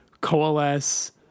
coalesce